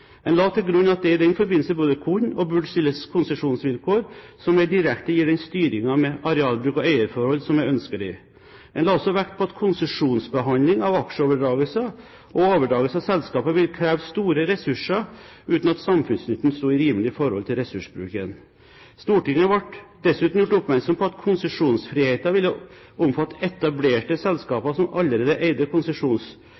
En la til grunn at det i den forbindelse både kunne og burde stilles konsesjonsvilkår som mer direkte gir den styringen med arealbruk og eierforhold som er ønskelig. En la også vekt på at konsesjonsbehandling av aksjeoverdragelser og overdragelse av selskaper ville kreve store ressurser uten at samfunnsnytten sto i rimelig forhold til ressursbruken. Stortinget ble dessuten gjort oppmerksom på at konsesjonsfriheten ville omfatte etablerte